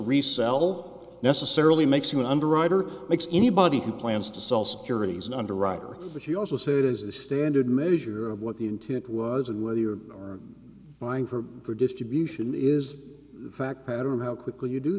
resell necessarily makes you an underwriter makes anybody who plans to sell securities an underwriter but you also say that is the standard measure of what the intent was and whether you're lying for your distribution is the fact pattern how quickly you do